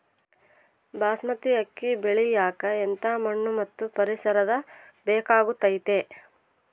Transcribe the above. ಬಾಸ್ಮತಿ ಅಕ್ಕಿ ಬೆಳಿಯಕ ಎಂಥ ಮಣ್ಣು ಮತ್ತು ಪರಿಸರದ ಬೇಕಾಗುತೈತೆ?